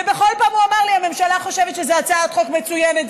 ובכל פעם הוא אמר לי: הממשלה חושבת שזו הצעת חוק מצוינת,